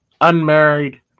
Unmarried